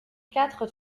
quatre